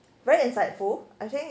very insightful I think